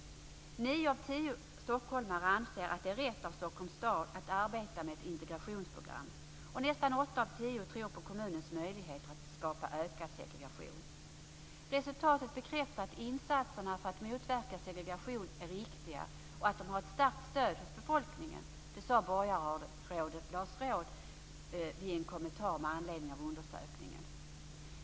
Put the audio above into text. Nio av tio stockholmare anser att det är rätt av Stockholms stad att arbeta med ett integrationsprogram, och nästan åtta av tio tror på kommunens möjligheter att skapa ökad integration. Resultatet bekräftar att insatserna för att motverka segregation är riktiga och att de har ett starkt stöd hos befolkningen, sade borgarrådet Lars Rådh i en kommentar med anledning av undersökningen.